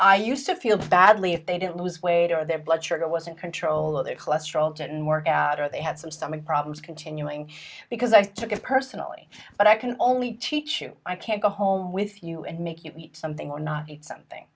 i used to feel badly if they didn't lose weight or their blood sugar was in control of their cholesterol didn't work out or they had some stomach problems continuing because i took it personally but i can only teach you i can't go home with you and make you something or not something